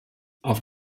auf